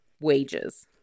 wages